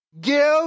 give